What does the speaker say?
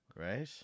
right